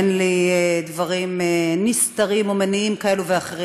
אין לי דברים נסתרים או מניעים כאלה ואחרים,